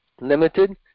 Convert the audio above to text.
Limited